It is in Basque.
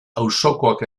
auzokoak